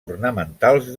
ornamentals